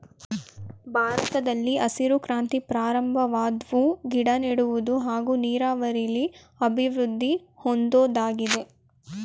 ಭಾರತದಲ್ಲಿ ಹಸಿರು ಕ್ರಾಂತಿ ಪ್ರಾರಂಭವಾದ್ವು ಗಿಡನೆಡುವುದು ಹಾಗೂ ನೀರಾವರಿಲಿ ಅಭಿವೃದ್ದಿ ಹೊಂದೋದಾಗಿದೆ